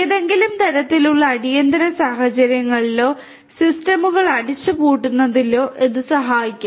ഏതെങ്കിലും തരത്തിലുള്ള അടിയന്തിര സാഹചര്യങ്ങളിലോ സിസ്റ്റമുകൾ അടച്ചുപൂട്ടുന്നതിനോ ഇത് സഹായിക്കും